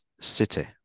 city